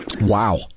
Wow